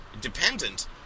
dependent